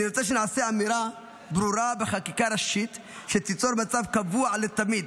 אני רוצה שנעשה אמירה ברורה בחקיקה ראשית שתיצור מצב קבוע לתמיד,